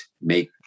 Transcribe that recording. make